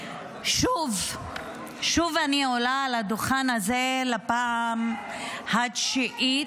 שוב, שוב אני עולה לדוכן הזה, בפעם התשיעית,